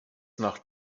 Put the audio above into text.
nach